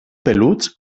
peluts